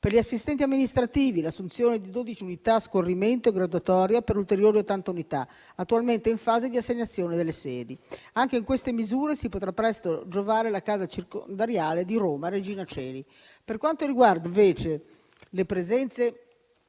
per gli assistenti amministrativi, l'assunzione di 12 unità a scorrimento e graduatoria per ulteriori 80 unità, attualmente in fase di assegnazione delle sedi. Anche di queste misure si potrà presto giovare la casa circondariale di Roma Regina Coeli. Per quanto riguarda, invece, le presenze